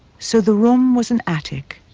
so the room was an attic,